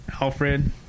Alfred